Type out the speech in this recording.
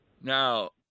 Now